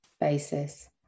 basis